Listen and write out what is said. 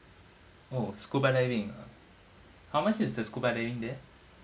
oh scuba diving ah how much is the scuba diving there